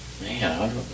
Man